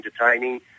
entertaining